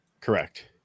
correct